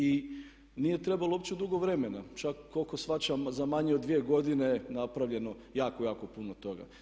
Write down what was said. I nije trebalo uopće dugo vremena, čak koliko shvaćam za manje od 2 godine je napravljeno jako, jako puno toga.